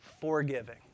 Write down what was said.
forgiving